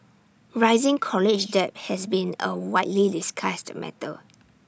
rising college debt has been A widely discussed matter